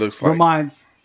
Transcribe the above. reminds